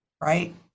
right